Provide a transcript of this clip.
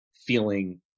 feeling